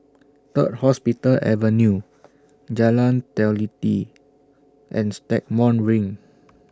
Third Hospital Avenue Jalan Teliti and Stagmont Ring